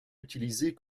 utilisée